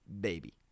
baby